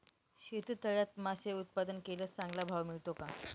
शेततळ्यात मासे उत्पादन केल्यास चांगला भाव मिळतो का?